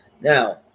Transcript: Now